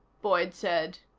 boyd said.